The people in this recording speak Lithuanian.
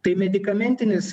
tai medikamentinis